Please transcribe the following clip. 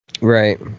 right